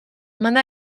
man